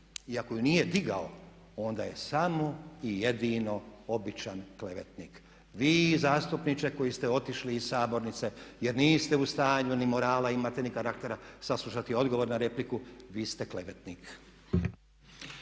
ako je nije digao onda je samo i jedino običan klevetnik. Vi zastupniče koji ste otišli iz sabornice jer niste u stanju ni morala imati, ni karaktera saslušati odgovor na repliku. Vi ste klevetnik.